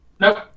Nope